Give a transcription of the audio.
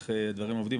איך דברים עובדים,